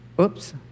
Oops